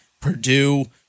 Purdue